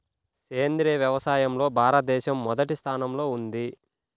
సేంద్రీయ వ్యవసాయంలో భారతదేశం మొదటి స్థానంలో ఉంది